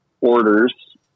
orders